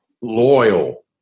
loyal